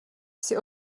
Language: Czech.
jsi